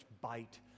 bite